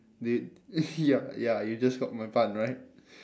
it ya ya you just got my pun right